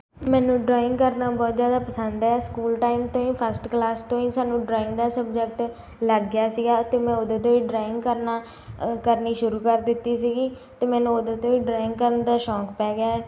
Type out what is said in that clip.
ਮੈਨੂੰ ਡਰਾਇੰਗ ਕਰਨਾ ਬਹੁਤ ਜ਼ਿਆਦਾ ਪਸੰਦ ਹੈ ਸਕੂਲ ਟਾਈਮ ਤੋਂ ਹੀ ਫਸਟ ਕਲਾਸ ਤੋਂ ਹੀ ਸਾਨੂੰ ਡਰਾਇੰਗ ਦਾ ਸਬਜੈਕਟ ਲੱਗ ਗਿਆ ਸੀਗਾ ਅਤੇ ਮੈਂ ਉਦੋਂ ਤੋਂ ਹੀ ਡਰਾਇੰਗ ਕਰਨਾ ਕਰਨੀ ਸ਼ੁਰੂ ਕਰ ਦਿੱਤੀ ਸੀਗੀ ਅਤੇ ਮੈਨੂੰ ਉਦੋਂ ਤੋਂ ਹੀ ਡਰਾਇੰਗ ਕਰਨ ਦਾ ਸ਼ੌਂਕ ਪੈ ਗਿਆ